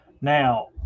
Now